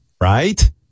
Right